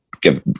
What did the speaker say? give